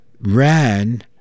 ran